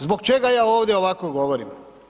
Zbog čega ja ovdje ovako govorim?